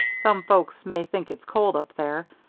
some folks may think it's cold up there,